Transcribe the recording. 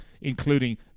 including